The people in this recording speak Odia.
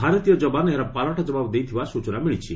ଭାରତୀୟ ଯବାନ ଏହାର ପାଲଟା ଜବାବ ଦେଇଥିବା ସୂଚନା ମିଳିଛି